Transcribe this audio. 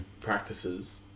practices